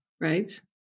right